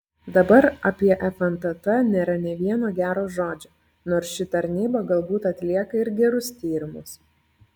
dabar apie fntt nėra nė vieno gero žodžio nors ši tarnyba galbūt atlieka ir gerus tyrimus